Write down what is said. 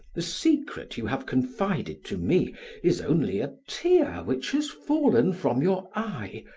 the secret you have confided to me is only a tear which has fallen from your eye,